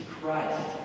Christ